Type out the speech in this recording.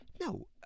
No